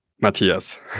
Matthias